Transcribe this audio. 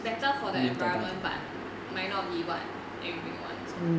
better for the environment but might not be what everybody wants lor